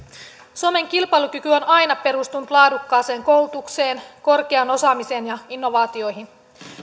suomen kilpailukyky on aina perustunut laadukkaaseen koulutukseen korkeaan osaamiseen ja innovaatioihin